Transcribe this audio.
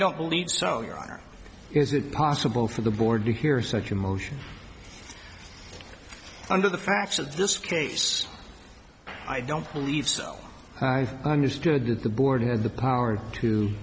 don't believe so is it possible for the board to hear such emotion under the facts of this case i don't believe so i understood that the board had the power to